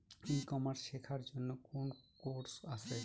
ই commerce শেক্ষার জন্য কোন কোর্স আছে?